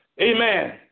Amen